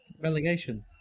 relegation